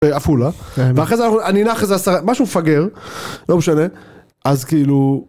‫עפולה, ואחרי זה אני.. ‫משהו מפגר, לא משנה, אז כאילו...